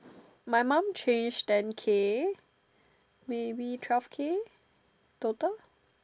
my mum changed ten K maybe twelve K total